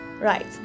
Right